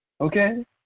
Okay